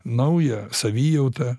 naują savijautą